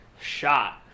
shot